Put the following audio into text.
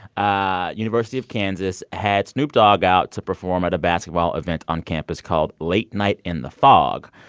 ah university of kansas had snoop dogg out to perform at a basketball event on campus called late night in the fog.